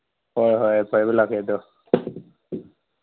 ꯍꯣꯏ ꯍꯣꯏ ꯀꯣꯏꯕ ꯂꯥꯛꯀꯦ ꯑꯗꯨ